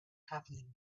happening